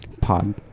pod